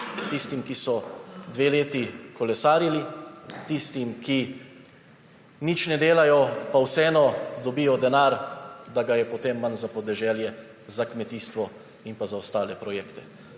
tistim, ki so dve leti kolesarili, tistim, ki nič ne delajo, pa vseeno dobijo denar, da ga je potem manj za podeželje, za kmetijstvo in za ostale projekte.